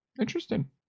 interesting